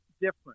different